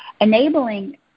Enabling